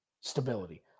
stability